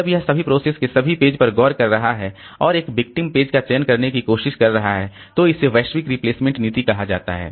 जब यह सभी प्रोसेस के सभी पेज पर गौर कर रहा है और एक विक्टिम पेज का चयन करने की कोशिश कर रहा है तो इसे वैश्विक रिप्लेसमेंट नीति कहा जाता है